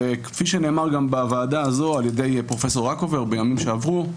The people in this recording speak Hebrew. כפי שנאמר גם בוועדה הזאת על ידי פרופ' רקובר בימים שעברו,